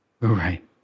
right